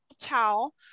towel